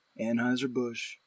Anheuser-Busch